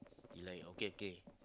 he like okay okay